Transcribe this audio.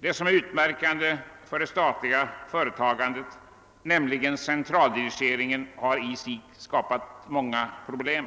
Det som är utmärkande för det statliga företagandet, nämligen centraldirigeringen, har i sig skapat många problem.